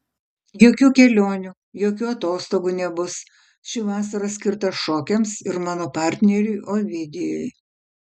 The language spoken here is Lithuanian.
jokių kelionių jokių atostogų nebus ši vasara skirta šokiams ir mano partneriui ovidijui